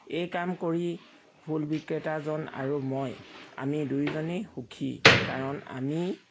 এই কাম কৰি ফুল বিক্ৰেতাজন আৰু মই আমি দুইজনেই সুখী কাৰণ আমি